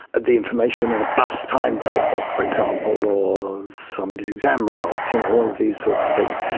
the information in a bus timetable for example, or somebody's exam results, you know all of these sorts of things.